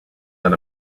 dans